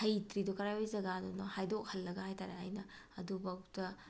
ꯍꯩꯇ꯭ꯔꯤꯗꯨ ꯀꯗꯥꯏꯋꯥꯏ ꯖꯥꯒꯗꯅꯣ ꯍꯥꯏꯗꯣꯛꯍꯜꯂꯒ ꯍꯥꯏꯇꯥꯔꯦ ꯑꯩꯅ ꯑꯗꯨ ꯐꯥꯎꯗ